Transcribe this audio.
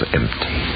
empty